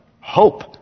hope